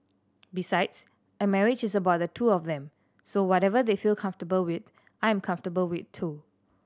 besides a marriage is about the two of them so whatever they feel comfortable with I am comfortable with too